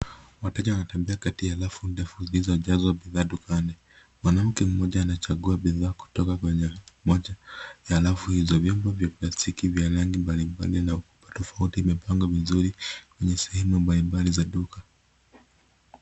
Wateja wanatembea kati ya rafu ndefu zilizojazwa bidhaa dukani. Mwanamke mmoja anachagua bidhaa kutoka kwenye moja ya rafu hizo. Vyombo vya plastiki vya rangi mbalimbali na ukubwa tofauti vimepangwa vizuri kwenye sehemu mbalimbali za duka.